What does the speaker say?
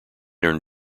earned